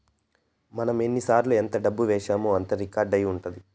మనం ఎన్నిసార్లు ఎంత డబ్బు వేశామో అంతా రికార్డ్ అయి ఉంటది